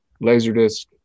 Laserdisc